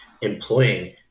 employing